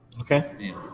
Okay